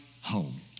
home